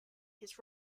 his